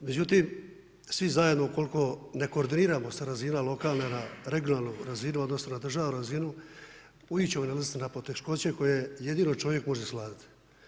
Međutim, svi zajedno ukoliko se ne koordiniramo sa razina lokalne na razinu regionalne, odnosno državnu razinu, uvijek ćemo nailaziti na poteškoće koje jedino čovjek može svladati.